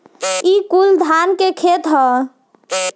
ई कुल धाने के खेत ह